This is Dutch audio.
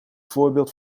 voorbeeld